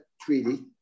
treaty